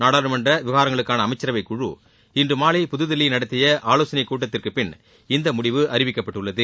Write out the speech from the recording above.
நாடாளுமன்ற விவகாரங்களுக்கான அமைச்சரவை குழு இன்று மாலை புதுதில்லியில் நடத்திய ஆலோசனை கூட்டத்திற்கு பின் இந்த முடிவு அறிவிக்கப்பட்டுள்ளது